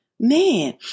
man